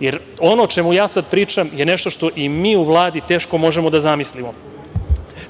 jer ono o čemu ja sad pričam je nešto što i mi u Vladi teško možemo da zamislimo.